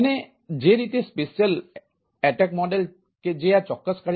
અને જે રીતે સ્પેશિયલ એટેક મોડેલ હોય